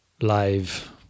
live